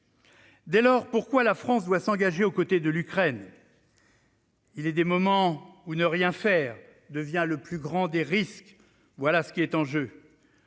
Dès lors, pourquoi la France doit-elle s'engager aux côtés de l'Ukraine ? Il est des moments où ne rien faire devient le plus grand des risques. Voilà ce qui est en jeu.